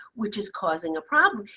which is causing a problem.